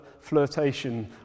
flirtation